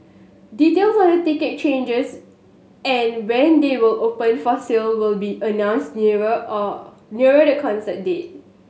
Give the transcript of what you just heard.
details on the ticket charges and when they will open for sale will be announced nearer all nearer the concert date